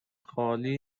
خالی